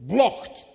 Blocked